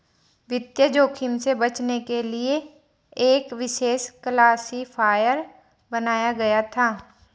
वित्तीय जोखिम से बचने के लिए एक विशेष क्लासिफ़ायर बनाया गया था